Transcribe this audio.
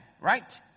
right